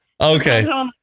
Okay